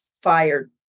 fired